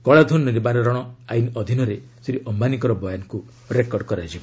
କଳାଧନ ନିବାରଣ ଆଇନ୍ ଅଧୀନରେ ଶ୍ରୀ ଅମ୍ଘାନୀଙ୍କର ବୟାନ ରେକର୍ଡ କରାଯିବ